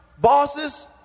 bosses